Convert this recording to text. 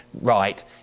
right